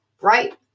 Right